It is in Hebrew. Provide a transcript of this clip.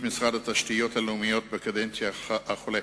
משרד התשתיות הלאומיות בקדנציה החולפת.